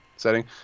setting